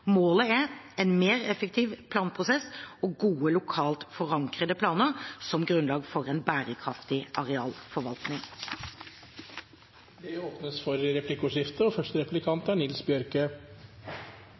Målet er mer effektive planprosesser og gode, lokalt forankrede planer som grunnlag for en bærekraftig arealforvaltning. Det blir replikkordskifte.